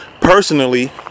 personally